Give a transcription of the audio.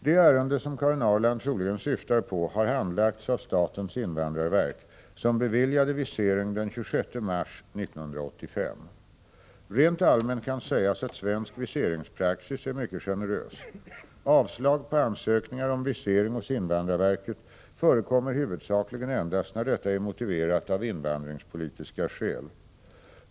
Det ärende som Karin Ahrland troligen syftar på har handlagts av statens invandrarverk, som beviljade visering den 26 mars 1985. Rent allmänt kan sägas att svensk viseringspraxis är mycket generös. Avslag på ansökningar om visering hos invandrarverket förekommer huvudsakligen endast när detta är motiverat av invandringspolitiska skäl.